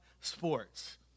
sports